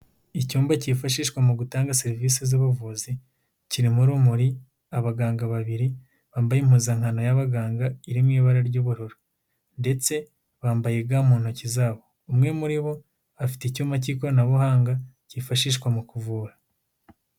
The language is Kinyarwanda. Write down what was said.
Icyumba cyifashishwa mu gutanga serivisi z'ubuvuzi, kirimo urumuri, abaganga babiri, bambaye impuzankano y'abaganga iri mu ibara ry'ubururu ndetse bambaye ga mu ntoki zabo. Umwe muri bo afite icyuma cy'ikoranabuhanga cyifashishwa mu kuvura.